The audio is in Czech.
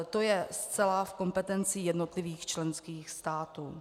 To je zcela v kompetenci jednotlivých členských států.